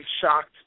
shocked